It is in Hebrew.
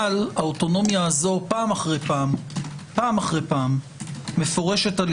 אבל האוטונומיה הזו פעם אחר פעם מפורשת על